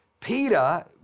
Peter